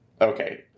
Okay